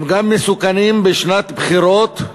הם גם מסוכנים בשנת בחירות,